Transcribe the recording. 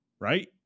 right